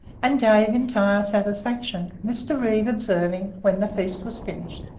and gave entire satisfaction mr. reeve observing, when the feast was finished,